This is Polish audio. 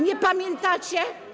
Nie pamiętacie?